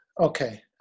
Okay